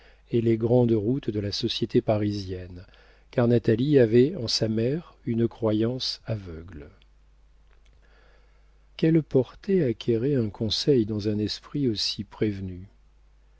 et les grandes routes de la société parisienne car natalie avait en sa mère une croyance aveugle quelle portée acquérait un conseil dans un esprit ainsi prévenu